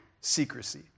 secrecy